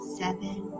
seven